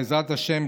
בעזרת השם,